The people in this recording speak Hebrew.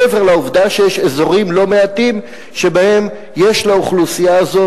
מעבר לעובדה שיש אזורים לא מעטים שבהם יש לאוכלוסייה הזו